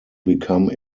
become